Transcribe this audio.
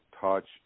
touch